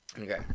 Okay